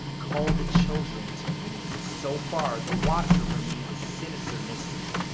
call the children to me. so far, the watcher remains a sinister mystery.